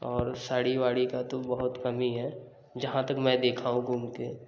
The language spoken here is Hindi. और साड़ी वाड़ी का तो बहुत कम ही है जहां तक मैं देखा हूँ घूम के